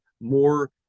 More